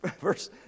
verse